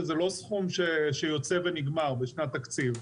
שזה לא סכום שיוצא ונגמר בשנת תקציב,